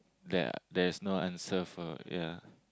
there there is no answer for ya